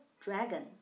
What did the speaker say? dragon